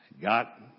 got